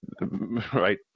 right